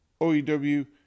OEW